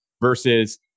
versus